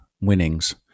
winnings